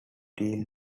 deal